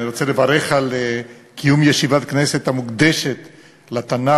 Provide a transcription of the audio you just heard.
אני רוצה לברך על קיום ישיבת כנסת המוקדשת לתנ"ך.